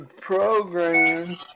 programs